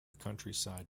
countryside